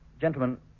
gentlemen